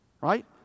right